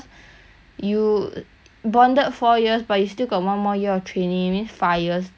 bonded four years but you still got one more year of training means five years in the police force eh